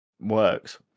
works